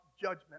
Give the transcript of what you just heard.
judgment